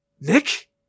Nick